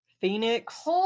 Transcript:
Phoenix